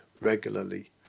regularly